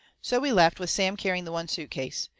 so we left, with sam carrying the one suit case.